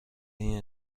این